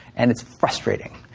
and it's frustrating.